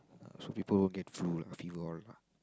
uh so people won't get flu lah fever all lah